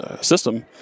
System